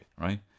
right